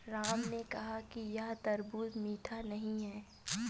राम ने कहा कि यह तरबूज़ मीठा नहीं है